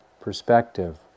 perspective